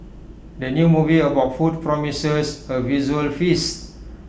the new movie about food promises A visual feast